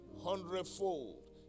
hundredfold